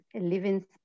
living